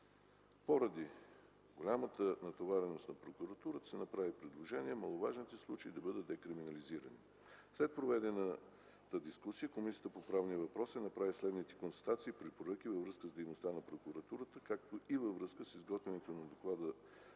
Поради голямата натовареност на прокуратурата се направи предложение маловажните случаи да бъдат декриминализирани. След проведената дискусия Комисията по правни въпроси направи следните констатации и препоръки във връзка с дейността на прокуратурата, както и във връзка с изготвянето на доклада